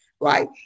Right